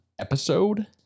episode